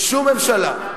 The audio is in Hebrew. שום ממשלה.